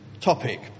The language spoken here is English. topic